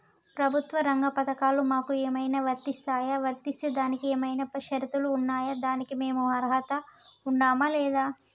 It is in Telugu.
ప్రభుత్వ రంగ పథకాలు మాకు ఏమైనా వర్తిస్తాయా? వర్తిస్తే దానికి ఏమైనా షరతులు ఉన్నాయా? దానికి మేము అర్హత ఉన్నామా లేదా?